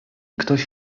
ktoś